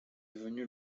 devenu